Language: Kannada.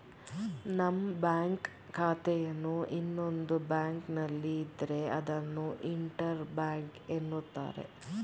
ನಮ್ಮ ಬ್ಯಾಂಕ್ ಖಾತೆಯನ್ನು ಇನ್ನೊಂದು ಬ್ಯಾಂಕ್ನಲ್ಲಿ ಇದ್ರೆ ಅದನ್ನು ಇಂಟರ್ ಬ್ಯಾಂಕ್ ಎನ್ನುತ್ತಾರೆ